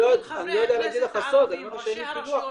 חברי הכנסת הערבים, ראשי הרשויות,